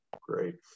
Great